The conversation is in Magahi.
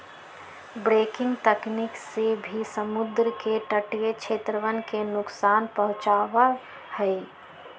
ब्रेकिंग तकनीक से भी समुद्र के तटीय क्षेत्रवन के नुकसान पहुंचावा हई